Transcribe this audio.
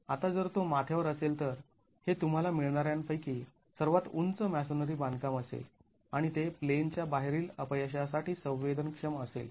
आता जर तो माथ्यावर असेल तर हे तुम्हाला मिळणार्यांपैकी सर्वात उंच मॅसोनरी बांधकाम असेल आणि ते प्लेनच्या बाहेरील अपयशासाठी संवेदनक्षम असेल